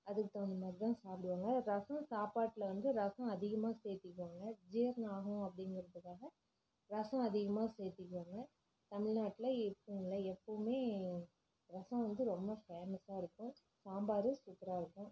அதுக்கு தகுந்த மாதிரிதான் சாப்பிடுவாங்க ரஸம் சாப்பாட்டில் வந்து ரஸம் அதிகமாக சேர்த்திக்கிவாங்க ஜீரணம் ஆகும் அப்படின்றத்துக்காக ரஸம் அதிகமாக சேர்த்திக்கிவாங்க தமிழ்நாட்டில் இப்போன்னு இல்லை எப்பவுமே ரஸம் வந்து ரொம்ப ஃபேமஸாக இருக்கும் சாம்பார் சூப்பராக இருக்கும்